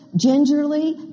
gingerly